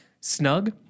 snug